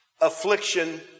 affliction